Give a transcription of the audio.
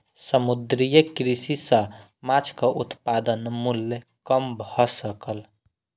समुद्रीय कृषि सॅ माँछक उत्पादन मूल्य कम भ सकल